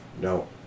no